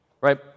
right